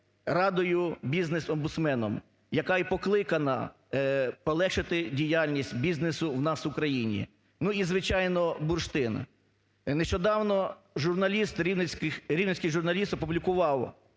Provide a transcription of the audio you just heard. Радою бізнес-омбудсмена, яка і покликана полегшити діяльність бізнесу у нас в Україні? І, звичайно, бурштин. Нещодавно журналіст, рівненський журналіст опублікував